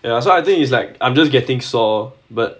ya so I think it's like I'm just getting sore but